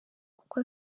kuko